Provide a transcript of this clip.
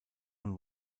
von